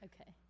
Okay